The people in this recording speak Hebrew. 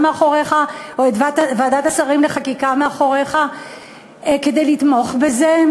מאחוריך או את ועדת השרים לחקיקה מאחוריך כדי לתמוך זה.